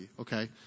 okay